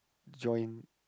join